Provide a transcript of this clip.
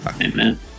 Amen